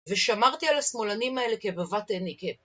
ושמרתי על השמאלנים האלה כבבת עיני